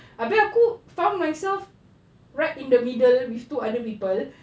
abeh aku found myself right in the middle with two other people